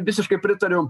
visiškai pritariau